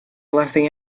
laughing